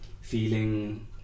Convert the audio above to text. feeling